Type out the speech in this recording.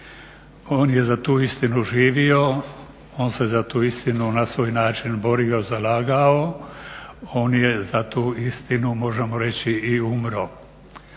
On je za tu istinu živio, on se za tu istinu na svoj način borio, zalagao, on je za tu istinu možemo reći i umro.